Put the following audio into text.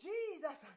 Jesus